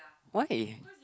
why